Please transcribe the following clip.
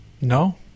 No